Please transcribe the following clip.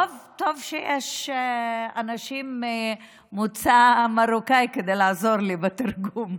טוב שיש אנשים ממוצא מרוקאי לעזור לי בתרגום.